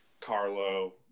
Carlo